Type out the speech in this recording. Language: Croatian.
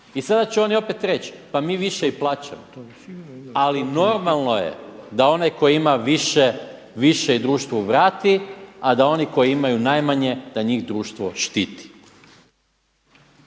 I sada će oni opet reći pa mi više i plaćamo. Ali normalno je da onaj ko ima više, više i društvu vrati a da oni koji imaju najmanje da njih društvo štiti.